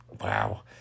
Wow